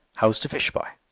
how's t' fish, b'y?